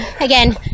Again